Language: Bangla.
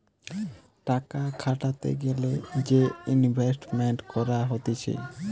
টাকা খাটাতে গ্যালে যে ইনভেস্টমেন্ট করা হতিছে